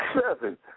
Seven